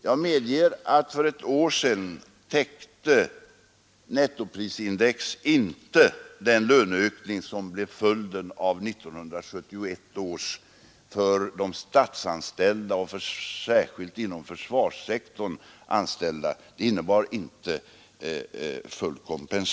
Jag medger att för ett år sedan täckte nettoprisindex inte den löneökning som blev följden av 1971 års avtal för de statsanställda.